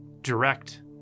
direct